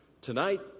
Tonight